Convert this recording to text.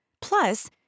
Plus